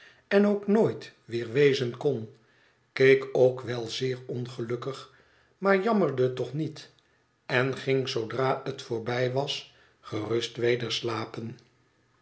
en ook nooit weer wezen kon keek ook wel zeer ongelukkig maar jammerde toch niet en ging zoodra het voorbij was gerust weder slapen